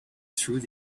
through